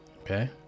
Okay